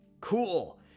cool